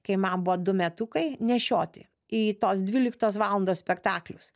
kai man buvo du metukai nešioti į tos dvyliktos valandos spektaklius